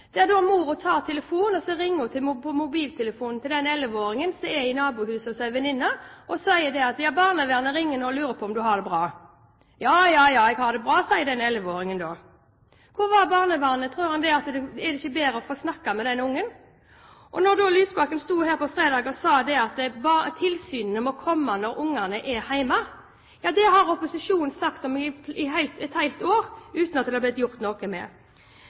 ringer da mobiltelefonen til elleveåringen, som er i nabohuset hos en venninne, og sier at barnevernet ringer og lurer på om han har det bra. Ja, ja, ja, jeg har det bra, sier elleveåringen da. Hvor var barnevernet? Var det ikke bedre å få snakket med den ungen? Lysbakken sto her på fredag og sa at tilsynet må komme når ungene er hjemme. Ja, det har opposisjonen snakket om et helt år uten at det er blitt gjort noe med.